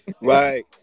Right